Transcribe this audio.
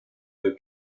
für